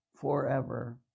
forever